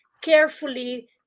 carefully